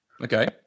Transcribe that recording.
Okay